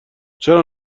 چرا